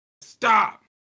stop